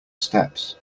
steps